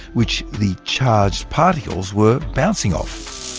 which the charged particles were bouncing off.